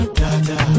dada